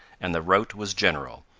and the rout was general,